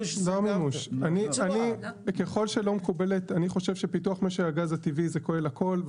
אני חושב שפיתוח משק הגז הטבעי כולל הכול.